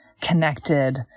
connected